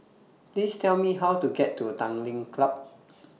Please Tell Me How to get to Tanglin Club